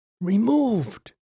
removed